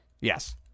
Yes